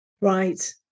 Right